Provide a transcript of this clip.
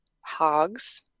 hogs